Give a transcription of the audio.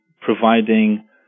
providing